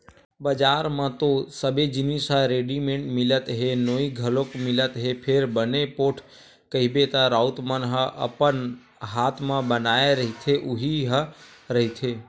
बजार म तो सबे जिनिस ह रेडिमेंट मिलत हे नोई घलोक मिलत हे फेर बने पोठ कहिबे त राउत मन ह अपन हात म बनाए रहिथे उही ह रहिथे